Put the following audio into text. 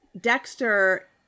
Dexter